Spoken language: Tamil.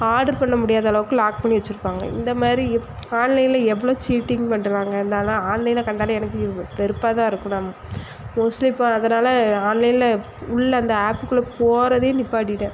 ஆர்டர் பண்ண முடியாத அளவுக்கு லாக் பண்ணி வச்சுருப்பாங்க இந்த மாதிரி ஆன்லைனில் எவ்வளவோ சீட்டிங் பண்ணுறாங்க இதனால் ஆன்லைனை கண்டாலே எனக்கு வெறுப்பாக தான் இருக்கும் நம் மோஸ்ட்லி இப்போ அதனால் ஆன்லைனில் உள்ள அந்த ஆப்புக்குள்ளே போகறதே நிப்பாட்டிவிட்டேன்